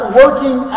working